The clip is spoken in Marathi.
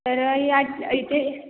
तर या इथे